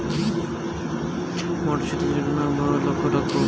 মটরশুটি চাষে কোন আবহাওয়াকে লক্ষ্য রাখবো?